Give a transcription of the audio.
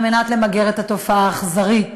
על מנת למגר את התופעה האכזרית